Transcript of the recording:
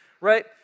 right